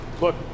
Look